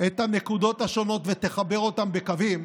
את הנקודות השונות ותחברו אותן בקווים,